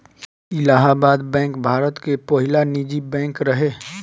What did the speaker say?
Allahabad bank भारत के पहिला निजी बैंक रहे